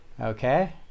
okay